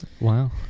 Wow